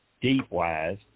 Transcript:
deep-wise